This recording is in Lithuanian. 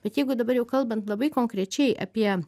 bet jeigu dabar jau kalbant labai konkrečiai apie